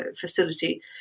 facility